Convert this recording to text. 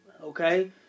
Okay